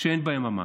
שאין בהם ממש,